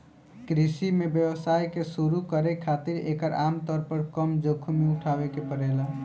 कृषि में व्यवसाय के शुरू करे खातिर एकर आमतौर पर कम जोखिम उठावे के पड़ेला